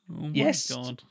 Yes